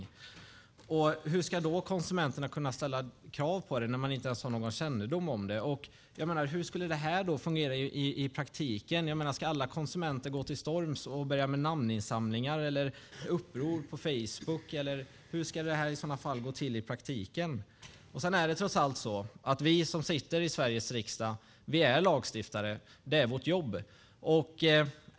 Hur ska då konsumenterna kunna ställa krav när de inte ens har någon kännedom om det. Hur skulle det fungera i praktiken? Ska alla konsumenter gå till storms och börja med namninsamlingar eller upprop på Facebook, eller hur ska det i så fall gå till i praktiken? Sedan är det trots allt så att vi som sitter i Sveriges riksdag är lagstiftare. Det är vårt jobb.